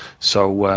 so